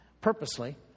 purposely